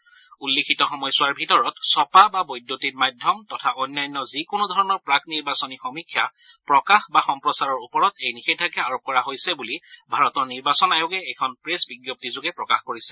এই নিৰ্দেশনাত উল্লিখিত সময়ছোৱাৰ ভিতৰত ছপা বা বৈদ্যুতিন মাধ্যম তথা অন্যান্য যিকোনো ধৰণৰ প্ৰাক নিৰ্বাচনী সমীক্ষা প্ৰকাশ বা সম্প্ৰচাৰৰ ওপৰত এই নিষেধাজ্ঞা আৰোপ কৰা হৈছে বুলি ভাৰতৰ নিৰ্বাচন আয়োগে এখন প্ৰেছ বিজ্ঞপ্তিযোগে প্ৰকাশ কৰিছে